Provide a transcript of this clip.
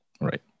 right